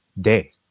day